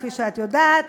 כפי שאת יודעת,